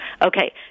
Okay